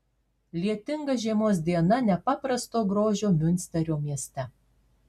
lietinga žiemos diena nepaprasto grožio miunsterio mieste